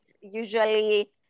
usually